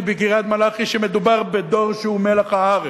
בקריית-מלאכי שמדובר בדור שהוא מלח הארץ,